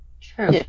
True